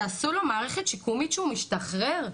תעשו לו מערכת שיקומית כשהוא משתחרר,